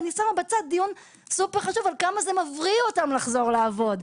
ואני שמה בצד דיון מאוד חשוב על כמה שזה מבריא אותם לחזור לעבוד,